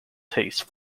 tastes